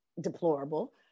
deplorable